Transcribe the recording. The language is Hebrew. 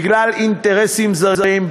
בגלל אינטרסים זרים,